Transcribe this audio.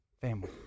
family